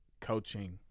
coaching